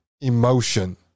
emotion